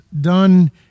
done